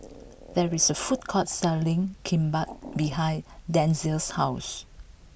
there is a food court selling Kimbap behind Denzell's house